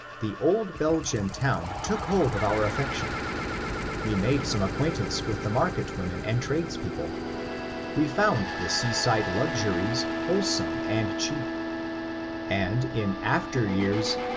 the old belgian town took hold of our affection we made some acquaintance with the market women and tradespeople we found the seaside luxuries wholesome and cheap and in after years,